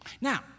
Now